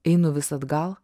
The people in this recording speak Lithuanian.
einu vis atgal